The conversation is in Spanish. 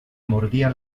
mordía